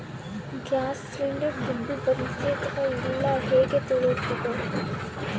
Gas cylinder ದುಡ್ಡು ಬಂದಿದೆ ಅಥವಾ ಇಲ್ಲ ಹೇಗೆ ತಿಳಿಯುತ್ತದೆ?